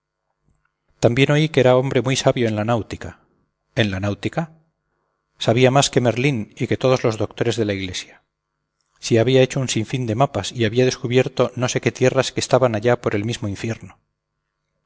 también oí que era hombre muy sabio en la náutica en la náutica sabía más que merlín y que todos los doctores de la iglesia si había hecho un sinfín de mapas y había descubierto no sé qué tierras que están allá por el mismo infierno